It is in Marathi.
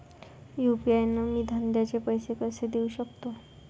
यू.पी.आय न मी धंद्याचे पैसे कसे देऊ सकतो?